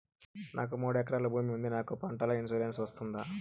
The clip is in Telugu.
నాకు మూడు ఎకరాలు భూమి ఉంది నాకు పంటల ఇన్సూరెన్సు వస్తుందా?